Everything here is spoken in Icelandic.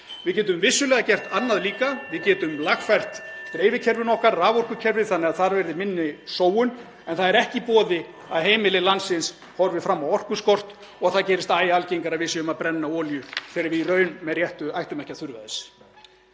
Við getum vissulega gert annað líka, (Forseti hringir.) við getum lagfært dreifikerfin okkar, raforkukerfið, þannig að þar verði minni sóun. En það er ekki í boði að heimili landsins horfi fram á orkuskort og það gerist æ algengara að við séum að brenna olíu þegar við ættum í raun með réttu ekki að þurfa þess.